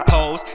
Pose